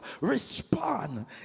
respond